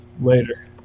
later